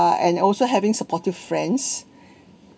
uh and also having supportive friends